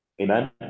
Amen